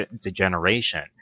degeneration